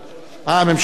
אדוני היושב-ראש,